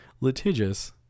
litigious